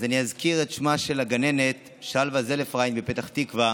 אז אזכיר את שמה של הגננת שלווה זלפריינד מפתח תקווה,